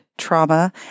trauma